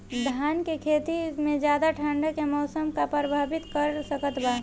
धान के खेती में ज्यादा ठंडा के मौसम का प्रभावित कर सकता बा?